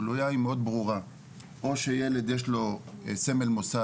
גלויה היא מאוד ברורה- או שילד יש לו סמל מוסד,